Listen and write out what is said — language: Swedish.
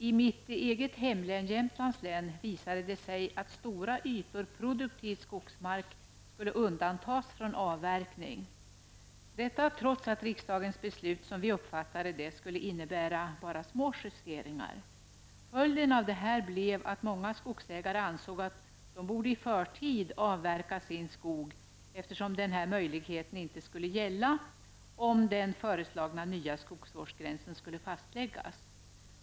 I mitt hemlän, Jämtlands län, visades att stora ytor produktiv skogsmark skulle undantas från avverkning, detta trots att riksdagens beslut, som vi uppfattade det, skulle innebära endast små justeringar. Följden av detta blev att många skogsägare ansåg att de borde i förtid avverka sin skog, eftersom denna möjlighet inte skulle gälla om den föreslagna nya skogsvårdsgränsen skulle fastläggas.